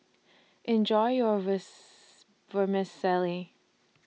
Enjoy your Vermicelli